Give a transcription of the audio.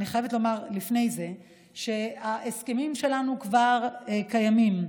אני חייבת לומר לפני זה שההסכמים שלנו כבר קיימים,